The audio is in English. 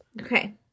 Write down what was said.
Okay